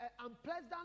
unpleasant